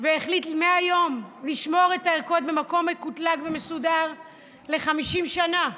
והחליט מהיום לשמור את הערכות במקום מקוטלג ומסודר ל-50 שנה,